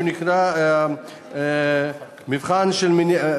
שנקרא מבחן מניעה,